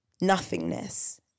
nothingness